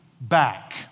Back